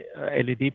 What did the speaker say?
LED